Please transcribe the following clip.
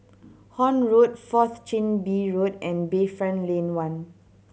Horne Road Fourth Chin Bee Road and Bayfront Lane One